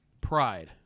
Pride